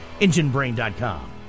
Enginebrain.com